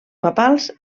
papals